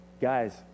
Guys